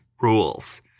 Rules